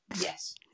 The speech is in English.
Yes